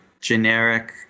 generic